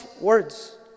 words